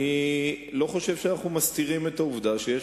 אני לא חושב שאנחנו מסתירים את העובדה שיש